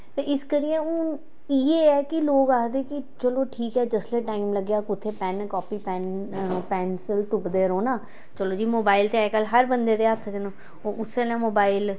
ते इस करियै हून इयै ऐ कि लोक आखदे कि चलो ठीक ऐ जिसलै टाइम लग्गेआ कुत्थे पैन्न कापी पैन्न पैंसल तुपदे रौह्ना चलो जी मोबाइल ते अजकल्ल हर बंदे ते हत्थ च न ओह् उस्से नै मोबाइल